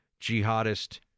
jihadist